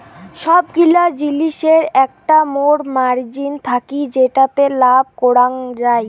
সবগিলা জিলিসের একটা মোর মার্জিন থাকি যেটাতে লাভ করাঙ যাই